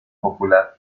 popular